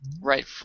Right